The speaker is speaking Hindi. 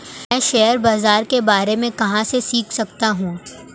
मैं शेयर बाज़ार के बारे में कहाँ से सीख सकता हूँ?